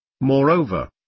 Moreover